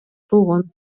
болгон